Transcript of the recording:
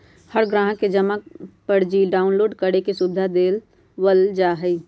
हर ग्राहक के जमा पर्ची डाउनलोड करे के सुविधा देवल जा हई